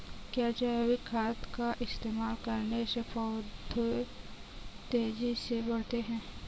क्या जैविक खाद का इस्तेमाल करने से पौधे तेजी से बढ़ते हैं?